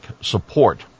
support